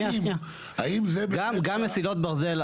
גם מסילות ברזל,